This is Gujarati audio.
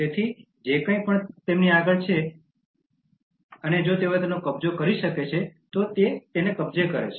તેથી જે કંઈ પણ તેમની આગળ છે જો તેઓ કબજો કરી શકે છે તો તેઓ તે કબજે કરે છે